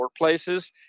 workplaces